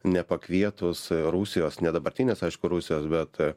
nepakvietus rusijos ne dabartinės aišku rusijos bet